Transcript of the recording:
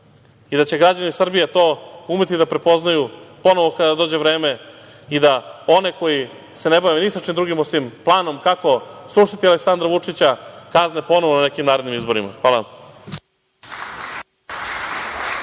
i da će građani Srbije to umeti da prepoznaju ponovo kada dođe vreme i da one koji se ne bave ni sa čim drugim osim planom kako srušiti Aleksandra Vučića, kazne ponovo na nekim narednim izborima. Hvala vam.